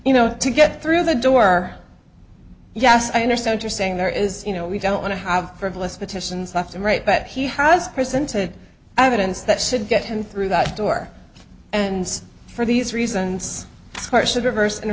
you know to get through the door yes i understand you're saying there is you know we don't want to have frivolous petitions left and right but he has presented evidence that should get him through that door and for these reasons are so diverse and